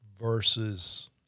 versus